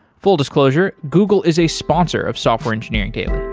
full disclosure google is a sponsor of software engineering daily.